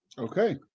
Okay